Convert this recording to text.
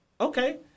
okay